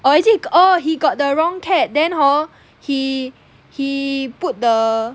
or is it oh he got the wrong cat then hor he he put the